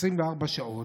24 שעות,